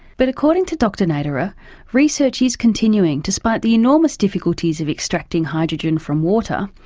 but according to dr naterer research is continuing, despite the enormous difficulties of extracting hydrogen from water,